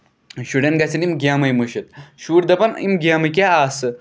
شُرین گژھن یِم گیمٕے مٔشد شُرۍ دَپن یِم گیمہٕ کیاہ آسہٕ